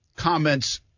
comments